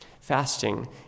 fasting